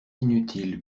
inutile